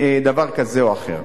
דבר כזה או אחר.